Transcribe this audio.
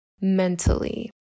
mentally